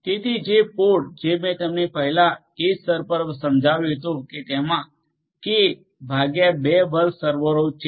તેથી જે પોડ જે મે તમને પહેલા એજ સ્તર પર સમજાવ્યુ હતું કે તેમાં kકે ભાગ્યા 2 વર્ગ સર્વરો છે